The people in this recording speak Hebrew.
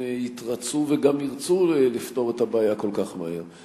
יתרצו וגם ירצו לפתור את הבעיה כל כך מהר.